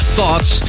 Thoughts